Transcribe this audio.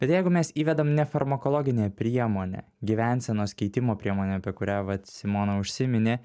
bet jeigu mes įvedam ne farmakologinę priemonę gyvensenos keitimo priemonę apie kurią vat simona užsiminė